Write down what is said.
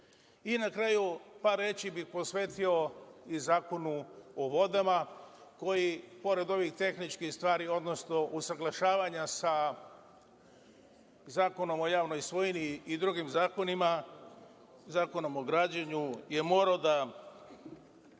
kraju, par reči bih posvetio i Zakonu o vodama koji, pored ovih tehničkih stvari, odnosno usaglašavanja sa Zakonom o javnoj svojini i drugim zakonima, Zakonom o građenju, je morao da